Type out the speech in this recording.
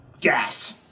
gas